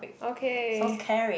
okay